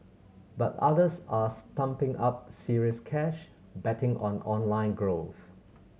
but others are stumping up serious cash betting on online growth